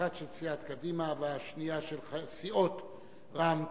אחת של סיעת קדימה והשנייה של סיעות רע"ם-תע"ל,